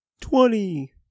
Twenty